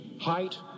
height